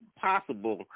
possible